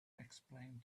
explained